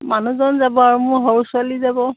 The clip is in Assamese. মানুহজন যাব আৰু মোৰ সৰু ছোৱালী যাব